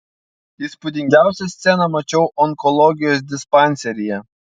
įspūdingiausią sceną mačiau onkologijos dispanseryje